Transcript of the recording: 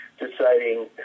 deciding